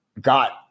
got